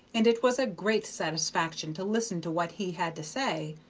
and it was a great satisfaction to listen to what he had to say.